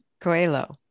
Coelho